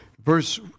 verse